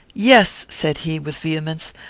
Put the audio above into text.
yes, said he, with vehemence,